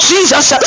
Jesus